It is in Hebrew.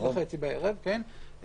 כן,